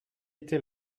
était